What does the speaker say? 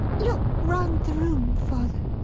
look round the room, father.